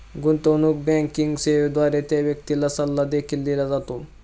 गुंतवणूक बँकिंग सेवेद्वारे त्या व्यक्तीला सल्ला देखील दिला जातो